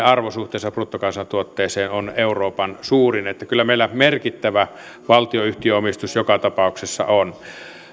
arvo suhteessa bruttokansantuotteeseen on euroopan suurin eli kyllä meillä merkittävä valtion yhtiöomistus joka tapauksessa on